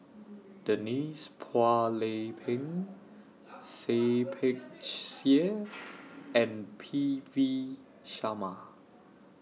Denise Phua Lay Peng Seah Peck Seah and P V Sharma